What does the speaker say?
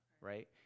right